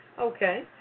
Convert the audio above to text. Okay